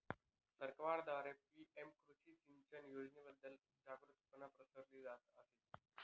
सरकारद्वारे पी.एम कृषी सिंचन योजनेबद्दल जागरुकता पसरवली जात आहे